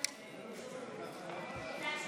לסיוע כלכלי (נגיף הקורונה החדש) (הוראת שעה),